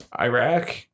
Iraq